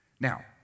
Now